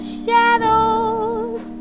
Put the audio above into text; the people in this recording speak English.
shadows